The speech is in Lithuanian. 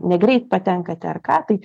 negreit patenkate ar ką tai